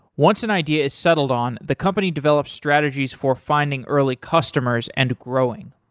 once and ideas settled on, the company develop strategies for finding early customers and growing.